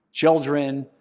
children,